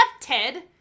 Ted